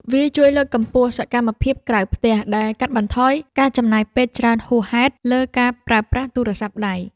វាជួយលើកកម្ពស់សកម្មភាពក្រៅផ្ទះ ដែលកាត់បន្ថយការចំណាយពេលច្រើនហួសហេតុលើការប្រើប្រាស់ទូរស័ព្ទដៃ។